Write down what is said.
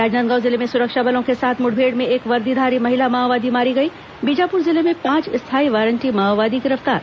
राजनांदगांव जिले में सुरक्षा बलों के साथ मुठभेड़ में एक वर्दीधारी महिला माओवादी मारी गई बीजापुर जिले में पांच स्थायी वारंटी माओवादी गिरफ्तार